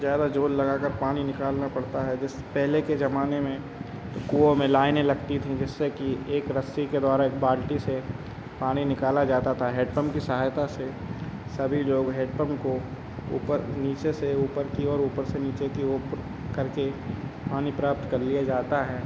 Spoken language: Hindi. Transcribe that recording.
ज़्यादा ज़ोर लगाकर पानी निकालना पड़ता है जैसे पहले के ज़माने में कुओं में लाइनें लगती थीं जिससे कि एक रस्सी के द्वारा एक बाल्टी से पानी निकाला जाता था हेड पम्प की सहायता से सभी लोग हेड पम्प को ऊपर नीचे से ऊपर की ओर ऊपर से नीचे की ओर उपर करके पानी प्राप्त कर लिया जाता है